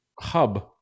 hub